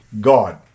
God